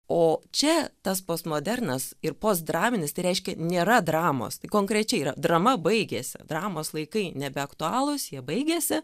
o čia tas postmodernas ir postdraminis tai reiškia nėra dramos tai konkrečiai yra drama baigėsi dramos laikai nebeaktualūs jie baigėsi